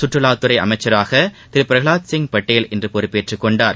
சுற்றுவாத்துறை அமைச்சராக திரு பிரகவாத் சிங் பட்டேல் இன்று பொறுப்பேற்றுக் கொண்டார்